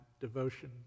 devotion